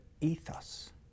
ethos